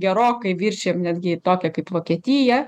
gerokai viršijam netgi tokią kaip vokietiją